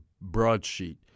broadsheet